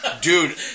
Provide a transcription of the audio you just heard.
dude